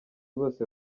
bose